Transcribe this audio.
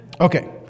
Okay